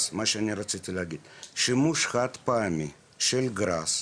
שימוש חד פעמי בגראס,